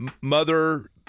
mother